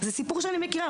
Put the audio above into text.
זה סיפור שאני מכירה,